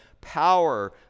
power